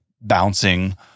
bouncing